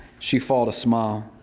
she fought a smile.